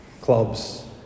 clubs